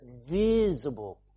visible